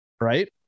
right